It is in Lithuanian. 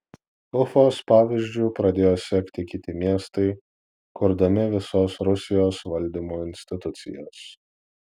ufos pavyzdžiu pradėjo sekti kiti miestai kurdami visos rusijos valdymo institucijas